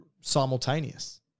simultaneous